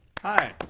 Hi